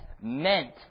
meant